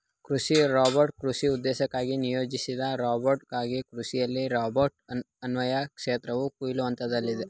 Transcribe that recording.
ಕೃಷಿ ರೋಬೋಟ್ ಕೃಷಿ ಉದ್ದೇಶಕ್ಕಾಗಿ ನಿಯೋಜಿಸಿದ ರೋಬೋಟಾಗಿದ್ದು ಕೃಷಿಯಲ್ಲಿ ರೋಬೋಟ್ ಅನ್ವಯದ ಕ್ಷೇತ್ರವು ಕೊಯ್ಲು ಹಂತದಲ್ಲಿದೆ